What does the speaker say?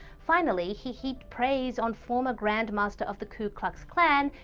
finally, he heaped praised on former grandmaster of the klu klux klan,